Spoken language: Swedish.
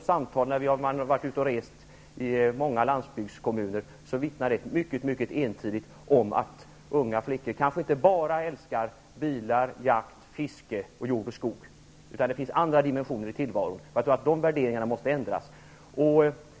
Samtalen från resor i många landsbygdskommuner vittnar mycket ensidigt om att unga flickor kanske inte bara älskar bilar, jakt, fiske, jord och skog, utan att det finns andra dimensioner i tillvaron. Jag tror att de värderingarna måste ändras.